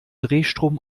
drehstrom